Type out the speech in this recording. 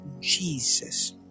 Jesus